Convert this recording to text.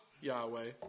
Yahweh